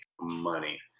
money